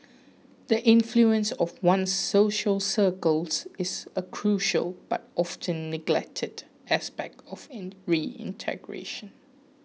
the influence of one's social circles is a crucial but often neglected aspect of reintegration